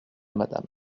madame